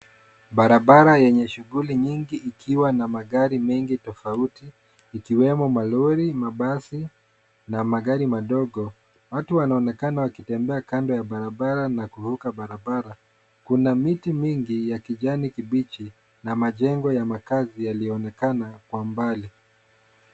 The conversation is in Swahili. Barabara yenye shughuli nyingi ikiwa na magari mengi tofauti ikiwemo malori, mabasi na magari madogo. Watu wanaonekana wakitembea kando ya barabara na kuvuka barabara. Kuna miti mingi ya kijani kibichi na majengo ya makazi yaliyoonekana kwa mbali.